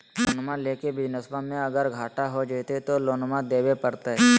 लोनमा लेके बिजनसबा मे अगर घाटा हो जयते तो लोनमा देवे परते?